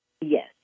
Yes